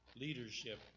leadership